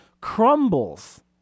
crumbles